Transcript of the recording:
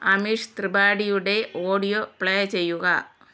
അമിഷ് ത്രിപാഠിയുടെ audio play ചെയ്യുക